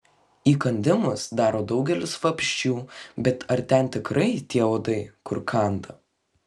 įkandimus daro daugelis vabzdžių bet ar ten tikrai tie uodai kur kanda